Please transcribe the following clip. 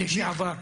לשעבר.